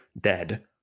dead